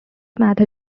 method